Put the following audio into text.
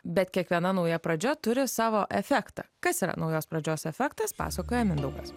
bet kiekviena nauja pradžia turi savo efektą kas yra naujos pradžios efektas pasakoja mindaugas